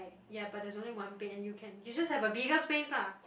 er ya but there's only one bed and you can you just have a bigger space lah